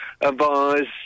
advise